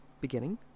beginning